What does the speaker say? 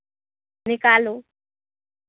निकालू